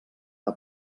que